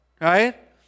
right